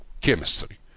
chemistry